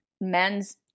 men's